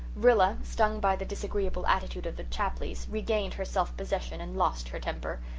rilla, stung by the disagreeable attitude of the chapleys, regained her self-possession and lost her temper.